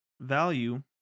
value